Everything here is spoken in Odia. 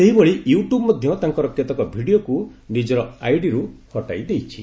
ସେହିଭଳି ୟୁଟ୍ୟୁବ୍ ମଧ୍ୟ ତାଙ୍କର କେତେକ ଭିଡ଼ିଓକୁ ନିକର ଆଇଡିରୁ ହଟାଇ ଦେଇଛି